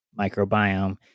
microbiome